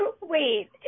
Wait